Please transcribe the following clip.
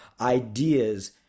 ideas